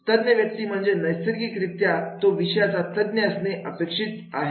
तज्ञ व्यक्ती म्हणजे नैसर्गिकरित्या तो विषयाचा तज्ञ असणे अपेक्षित आहे